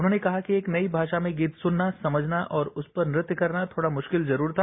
उन्होंने कहा कि एक नई मावा में गीत सुनना समझना और उसपर नृत्य करना थोड़ा मुश्किल जरूर था